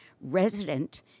resident